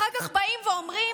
אחר כך באים ואומרים: